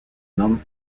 nomment